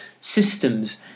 systems